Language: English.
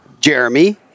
Jeremy